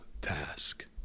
task